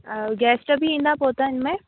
guest बि ईंदा पोइ त इनमें